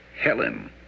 Helen